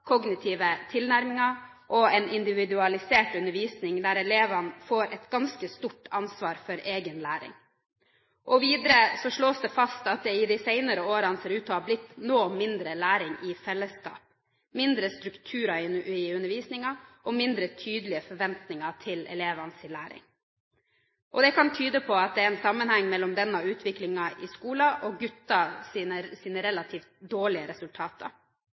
kognitive tilnærminger og en individualisert undervisning der elevene får et ganske stort ansvar for egen læring. Videre slås det fast at det i de senere årene ser ut til å ha blitt noe mindre læring i fellesskap, mindre struktur i undervisningen og mindre tydelige forventinger til elevenes læring. Det kan tyde på at det er en sammenheng mellom denne utviklingen i skolen og guttenes relativt dårlige resultater.